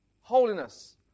Holiness